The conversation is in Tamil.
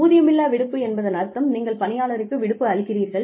ஊதியமில்லா விடுப்பு என்பதன் அர்த்தம் நீங்கள் பணியாளருக்கு விடுப்பு அளிக்கிறீர்கள்